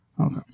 Okay